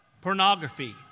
pornography